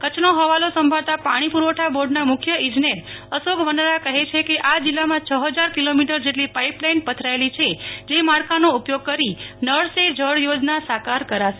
કચ્છનો હવાલો સાંભળતા પાણી પુ રવઠા બોર્ડના મુ ખ્ય ઈજનેર અશોક વનરા કહે છે કે આ જિલ્લામાં છ હજાર કિલોમીટર જેટલી પાઈપ લાઈન પથરાયેલી છે જે માળખા નો ઉપયોગ કરી નળ સે જળ યોજના સાકાર કરાશે